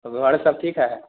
परिवार में सब ठीक है